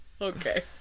Okay